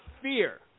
fear